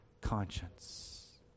conscience